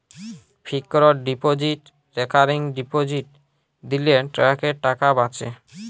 fixed deposit recurring deposit দিলে ট্যাক্সের টাকা বাঁচে